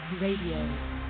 Radio